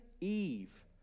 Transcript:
Eve